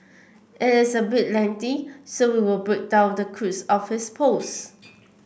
it is a bit lengthy so we will break down the crux of his post